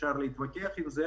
ואפשר להתווכח עליהן,